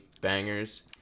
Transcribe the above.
bangers